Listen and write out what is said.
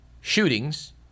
shootings